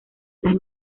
las